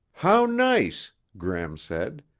how nice, gram said.